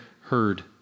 heard